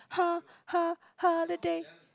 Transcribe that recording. ho~ ho~ holiday